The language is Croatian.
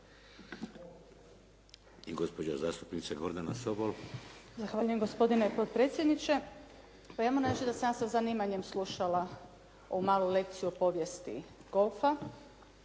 Sobol. **Sobol, Gordana (SDP)** Zahvaljujem gospodine potpredsjedniče. Pa ja moram reći da sam ja sa zanimanjem slušala ovu malu lekciju o povijesti golfa,